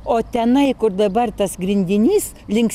o tenai kur dabar tas grindinys link